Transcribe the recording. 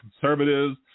conservatives